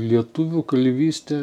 lietuvių kalvystė